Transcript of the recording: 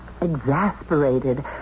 exasperated